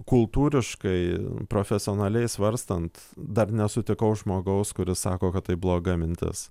kultūriškai profesionaliai svarstant dar nesutikau žmogaus kuris sako kad tai bloga mintis